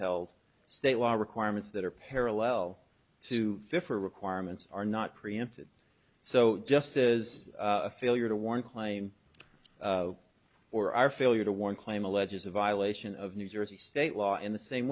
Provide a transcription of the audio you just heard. held state law requirements that are parallel to fit for requirements are not preempted so just is a failure to warn claim or our failure to warn claim alleges a violation of new jersey state law in the same